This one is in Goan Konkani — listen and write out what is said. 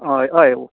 हय हय